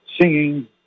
singing